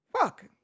fuck